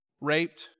raped